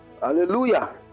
Hallelujah